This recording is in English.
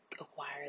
acquire